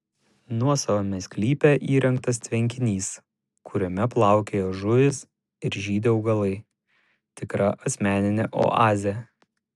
nuosavame sklype įrengtas tvenkinys kuriame plaukioja žuvys ir žydi augalai tikra asmeninė oazė